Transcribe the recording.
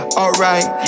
alright